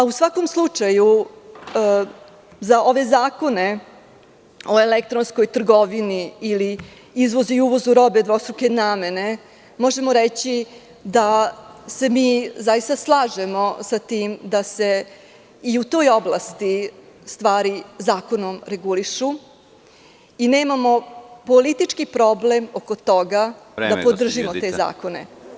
U svakom slučaju, za ove zakone o elektronskoj trgovini ili izvozu i uvozu robe dvostruke namene možemo reći da se zaista slažemo sa tim da se i u toj oblasti stvari zakonom regulišu i nemamo politički problem oko toga da podržimo te zakone.